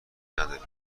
نداریم